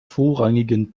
vorrangigen